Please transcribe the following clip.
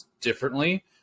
differently